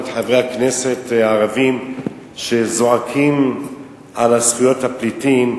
את חברי הכנסת הערבים שזועקים על זכויות הפליטים,